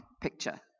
picture